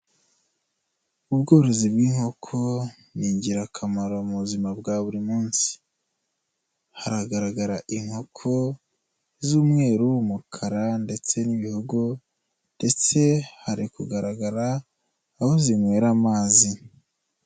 Ubworozi bw'inkoko ni ingirakamaro mu buzima bwa buri munsi, haragaragara inkoko z'umweru, umukara ndetse n'ibihogo ndetse hari kugaragara aho zinywera amazi.